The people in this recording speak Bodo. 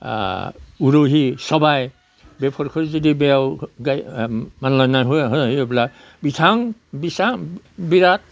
उरुहि सबाइ बेफोरखौ जुदि बेयाव होयोब्ला बिसां बिसां बिराद